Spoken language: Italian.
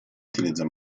utilizza